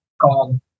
called